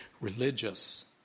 religious